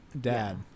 dad